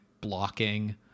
blocking